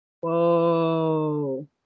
Whoa